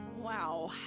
Wow